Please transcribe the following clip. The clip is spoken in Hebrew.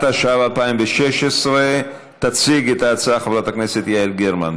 התשע"ו 2016. תציג את ההצעה חברת הכנסת יעל גרמן.